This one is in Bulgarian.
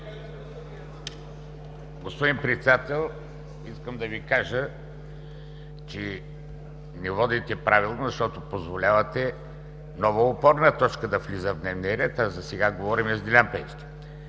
Господин Председател, искам да Ви кажа, че не водите правилно, защото позволявате много опорни точки да влизат в дневния ред, а сега говорим за Делян Пеевски.